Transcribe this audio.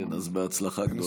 אז בהצלחה גדולה.